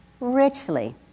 richly